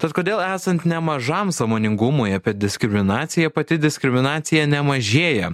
tad kodėl esant nemažam sąmoningumui apie diskriminaciją pati diskriminacija nemažėja